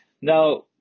Now